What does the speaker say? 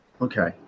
Okay